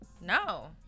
No